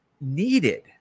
needed